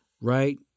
right